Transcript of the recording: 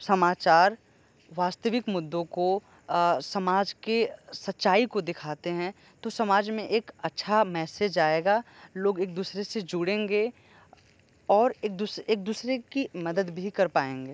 समाचार वास्तविक मुद्दों को समाज के सच्चाई को दिखाते हैं तो समाज में एक अच्छा मैसेज आएगा लोग एक दुसरे से जुड़ेंगे और एक दुसरे एक दूसरे की मदद भी कर पाएंगे